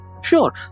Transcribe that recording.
Sure